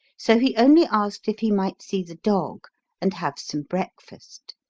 so he only asked if he might see the dog and have some breakfast.